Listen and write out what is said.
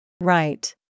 Right